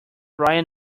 ryan